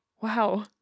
wow